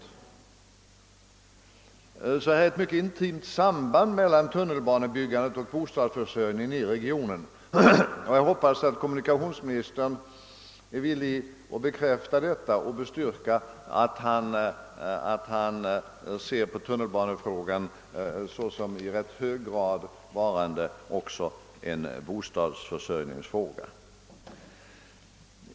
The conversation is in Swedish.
Det förekommer ett mycket intimt samband mellan tunnelbanebyggandet och bostadsförsörjningen i regionen. Jag hoppas att kommunikationsministern är villig att bekräfta detta och bestyrka att han ser på tunnelbanefrågan såsom en fråga som i hög grad också gäller bostadsförsörjningen.